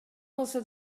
болсо